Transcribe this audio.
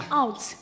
out